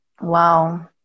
Wow